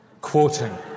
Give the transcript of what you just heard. quoting